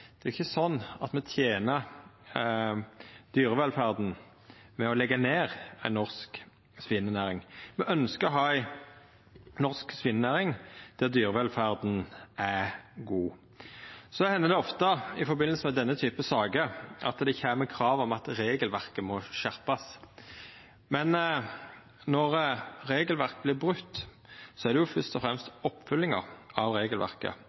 Det er ikkje slik at me tener dyrevelferda ved å leggja ned ei norsk svinenæring. Me ønskjer å ha ei norsk svinenæring der dyrevelferda er god. Så hender det ofte i forbindelse med denne typen saker at det kjem krav om at regelverket må skjerpast. Men når regelverket vert brote, er det først og fremst i oppfølginga av regelverket og handhevinga av regelverket